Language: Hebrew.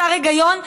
חסר היגיון,